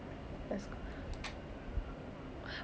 eighteen resume here's here's a very long hair